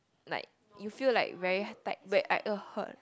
like you feel like very tight where I it'll hurt